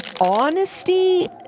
honesty